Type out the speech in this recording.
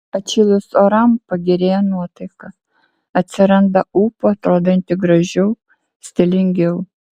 atšilus orams pagerėja nuotaika atsiranda ūpo atrodyti gražiau stilingiau